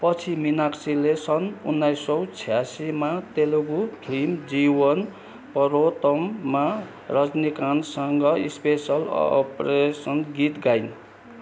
पछि मीनाक्षीले सन् उनाइस सौ छयासीमा तेलुगु फिल्म जीवन पोरतम्मा रजनीकान्तसँग स्पेसल अपरेसन गीत गाइन्